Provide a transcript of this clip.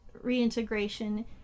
reintegration